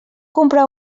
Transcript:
comprar